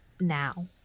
now